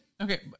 Okay